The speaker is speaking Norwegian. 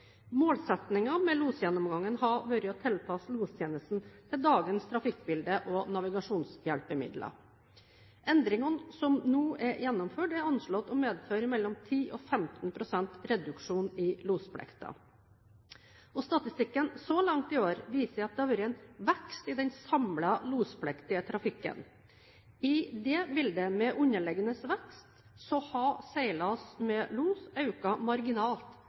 med losgjennomgangen har vært å tilpasse lostjenesten til dagens trafikkbilde og navigasjonshjelpemidler. Endringene som nå er gjennomført, er anslått å medføre mellom 10 og 15 pst. reduksjon i losplikten. Statistikken så langt i år viser at det har vært en vekst i den samlede lospliktige trafikken. I dette bildet med underliggende vekst har seilas med los økt marginalt